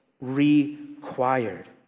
required